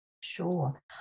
Sure